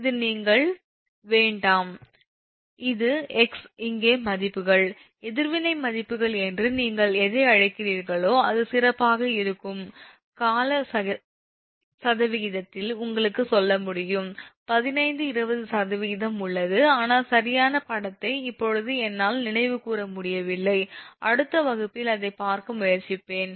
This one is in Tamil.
இது நீங்கள் notto வேண்டாம் இந்த 𝑥 இங்கே மதிப்புகள் எதிர்வினை மதிப்புகள் என்று நீங்கள் எதை அழைக்கிறீர்களோ அது சிறப்பாக இருக்கும் கால சதவிகிதத்தில் உங்களுக்கு சொல்ல முடியும் 1520 சதவிகிதம் உள்ளது ஆனால் சரியான படத்தை இப்போது என்னால் நினைவுகூர முடியவில்லை அடுத்த வகுப்பில் அதை பார்க்க முயற்சிப்பேன்